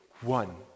one